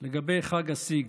לגבי חג הסגד,